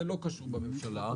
זה לא קשור בממשלה.